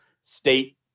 state